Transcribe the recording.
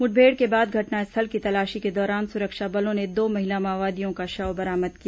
मुठभेड़ के बाद घटनास्थल की तलाशी के दौरान सुरक्षा बलों ने दो महिला माओवादियों का शव बरामद किया